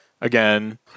Again